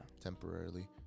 temporarily